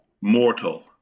Mortal